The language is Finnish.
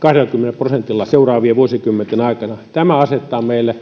kahdellakymmenellä prosentilla seuraavien vuosikymmenten aikana tämä asettaa meille